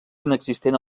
inexistent